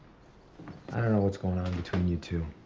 i mean know what's going on between you two,